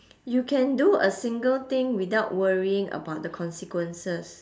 you can do a single thing without worrying about the consequences